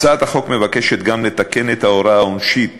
בהצעת החוק מוצע גם לתקן את ההוראה העונשית